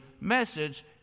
message